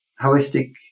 holistic